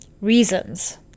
reasons